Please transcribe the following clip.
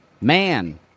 Man